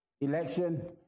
Election